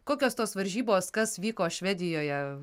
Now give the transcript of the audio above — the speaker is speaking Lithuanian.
kokios tos varžybos kas vyko švedijoje